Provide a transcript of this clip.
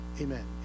Amen